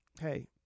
hey